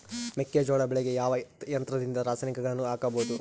ಮೆಕ್ಕೆಜೋಳ ಬೆಳೆಗೆ ಯಾವ ಯಂತ್ರದಿಂದ ರಾಸಾಯನಿಕಗಳನ್ನು ಹಾಕಬಹುದು?